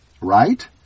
right